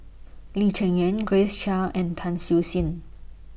Lee Cheng Yan Grace Chia and Tan Siew Sin